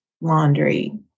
laundry